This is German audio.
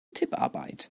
tipparbeit